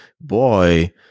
boy